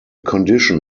condition